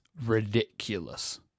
ridiculous